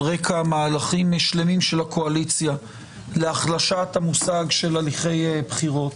רקע מהלכים שלמים של הקואליציה להחלשת הליכי בחירות,